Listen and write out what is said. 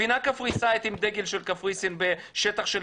ספינה קפריסאית עם דגל של קפריסין בשטח של